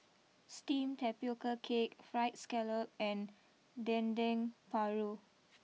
Steamed Tapioca Cake Fried Scallop and Dendeng Paru